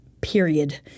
period